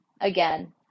again